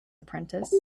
apprentice